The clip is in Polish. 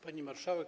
Pani Marszałek!